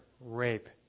rape